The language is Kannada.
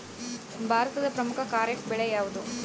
ಭಾರತದ ಪ್ರಮುಖ ಖಾರೇಫ್ ಬೆಳೆ ಯಾವುದು?